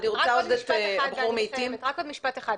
רק עוד משפט אחד ואני מסיימת.